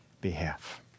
behalf